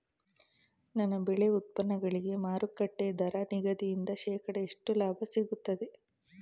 ನನ್ನ ಬೆಳೆ ಉತ್ಪನ್ನಗಳಿಗೆ ಮಾರುಕಟ್ಟೆ ದರ ನಿಗದಿಯಿಂದ ಶೇಕಡಾ ಎಷ್ಟು ಲಾಭ ಸಿಗುತ್ತದೆ?